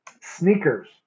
Sneakers